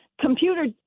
computer